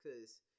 cause